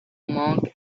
monk